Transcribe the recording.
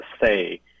say